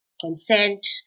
consent